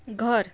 घर